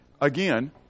Again